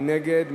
מי נגד?